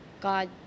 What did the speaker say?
God